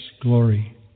glory